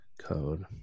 code